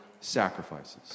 sacrifices